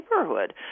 neighborhood